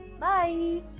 bye